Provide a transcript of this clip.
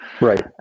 Right